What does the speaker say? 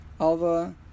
Alva